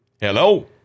Hello